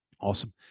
Awesome